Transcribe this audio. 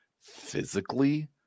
physically